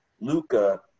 Luca